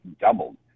doubled